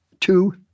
two